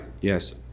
yes